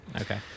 Okay